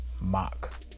mock